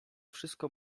wszystko